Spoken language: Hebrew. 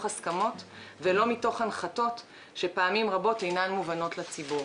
הסכמות ולא מתוך הנחתות שפעמים רבות אינן מובנות לציבור.